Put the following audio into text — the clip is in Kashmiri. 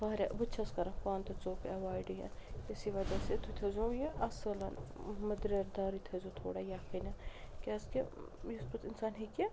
واریاہ بہٕ تہِ چھیٚس کران پانہٕ تہِ ژوٚک ایٚوایڈٕے اسی وَجہ سے تُہۍ تھٲیزیٛو یہِ اصٕل مٔدریر دارٕے تھٲیزیٛو تھوڑا یَکھٕنۍ کیٛازکہِ یُس پَتہٕ اِنسان ہیٚکہِ